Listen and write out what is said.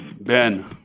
Ben